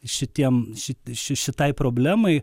šitiem ši ši šitai problemai